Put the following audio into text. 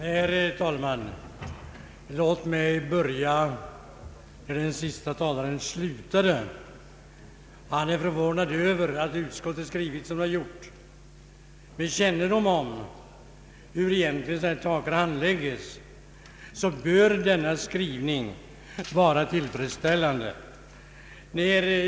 Herr talman! Låt mig börja där den siste talaren slutade. Han är förvånad över att utskottet skrivit som det gjort. Med kännedom om hur sådana här saker handläggs bör denna skrivning vara tillfredsställande.